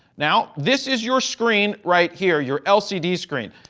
now this is your screen right here, your lcd screen,